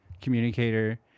communicator